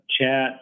chat